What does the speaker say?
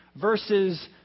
verses